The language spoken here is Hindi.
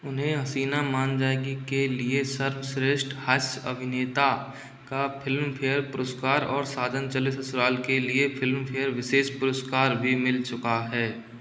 उन्हें हसीना मान जाएगी के लिए सर्वश्रेष्ठ हास्य अभिनेता का फिल्मफेयर पुरस्कार और साजन चले ससुराल के लिए फिल्मफेयर विशेष पुरस्कार भी मिल चुका है